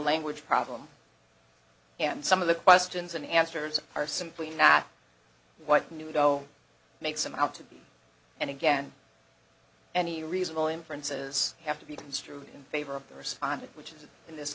language problem and some of the questions and answers are simply not what newdow makes him out to be and again any reasonable inferences have to be construed in favor of the respondent which is in this